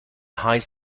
hides